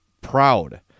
proud